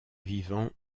vivant